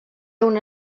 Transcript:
una